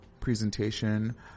presentation